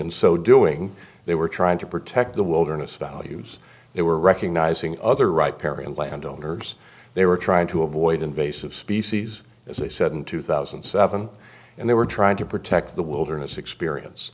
in so doing they were trying to protect the wilderness values they were recognizing other right perry and landowners they were trying to avoid invasive species as they said in two thousand and seven and they were trying to protect the wilderness experience